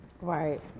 Right